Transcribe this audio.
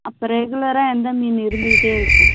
அப்போ ரெகுலராக எந்த மீன் இருந்துக்கிட்டே இருக்கும்